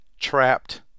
trapped